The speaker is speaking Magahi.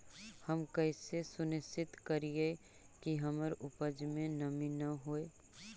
हम कैसे सुनिश्चित करिअई कि हमर उपज में नमी न होय?